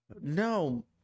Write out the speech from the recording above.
No